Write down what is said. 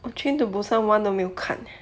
我 train to busan one 都没有看